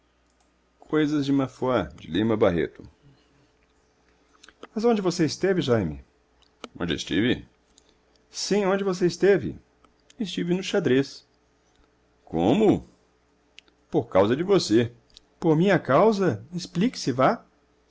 coisas de mafuá mas onde esteve você jaime onde estive sim onde você esteve estive no xadrez como por causa de você por minha causa explique se vá